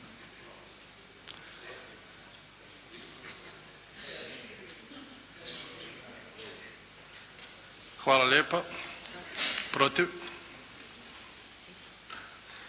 Hvala lijepo. Protiv?